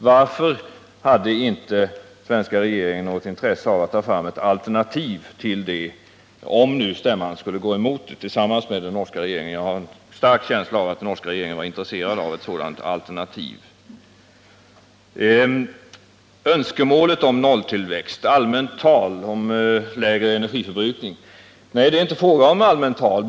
Varför hade inte den svenska regeringen något intresse av att tillsammans med den norska regeringen ta fram ett alternativ, om stämman skulle gå emot avtalet? Jag har en stark känsla av att den norska regeringen var intresserad av ett sådant alternativ. Beträffande önskemålet om nolltillväxt och påståendet om ett allmänt tal om lägre energiförbrukning vill jag svara: Nej, det är inte fråga om allmänt tal.